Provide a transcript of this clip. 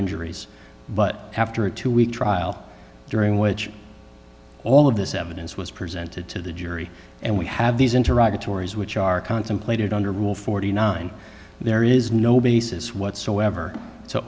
injury yes but after a two week trial during which all of this evidence was presented to the jury and we have these interactive tori's which are contemplated under rule forty nine dollars there is no basis whatsoever to